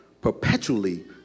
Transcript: perpetually